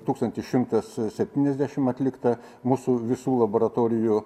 tūkstantis šimtas septyniasdešimt atlikta mūsų visų laboratorijų